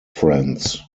friends